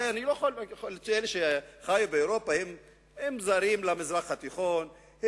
הרי מי שחי באירופה הוא זר למזרח התיכון,